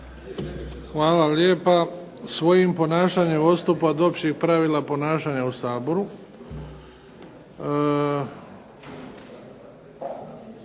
Hvala lijepa. Svojim ponašanjem odstupa od općih pravila ponašanja u Saboru.